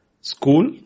school